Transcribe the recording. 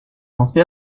pensé